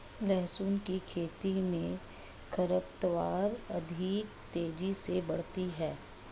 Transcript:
लहसुन की खेती मे खरपतवार अधिक तेजी से बढ़ती है